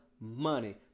money